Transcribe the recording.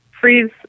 freeze